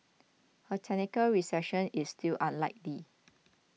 a technical recession is still unlikely